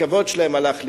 הכבוד שלהם הלך לאיבוד.